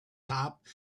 top